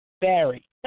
Barry